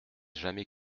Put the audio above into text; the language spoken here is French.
jamais